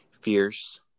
fierce